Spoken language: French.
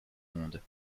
monde